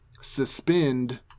suspend